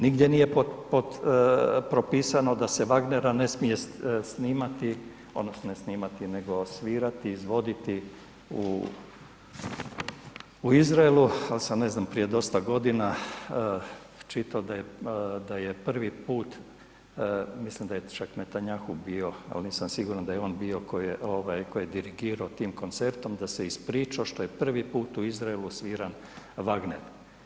Nigdje nije propisano da se Wagnera ne smije snimati, odnosno ne snimati, nego svirati, izvoditi u Izraelu, ali sam ne znam, prije dosta godina čitao da je prvi put, mislim da je čak Netanjahu bio, ali nisam siguran da je on bio koji, koji je dirigirao tim koncertom, da se ispričao što je prvi put u Izraelu sviran Wagner.